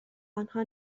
آنها